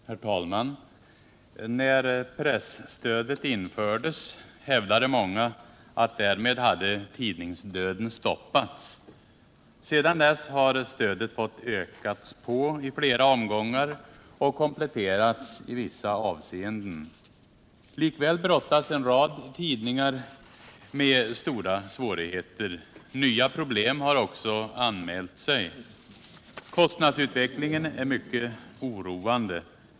Herr talman! När presstödet infördes hävdade många att tidningsdöden därmed hade stoppats. Sedan dess har stödet ökats i flera omgångar och kompletterats i vissa avseenden. Likväl brottas en rad tidningar med stora svårigheter. Nya problem har också anmält sig. Kostnadsutveck lingen är mycket oroande.